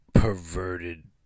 perverted